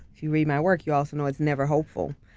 you read my work, you also know it's never hopeful.